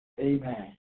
Amen